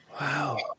Wow